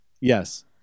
Yes